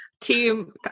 Team